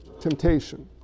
temptation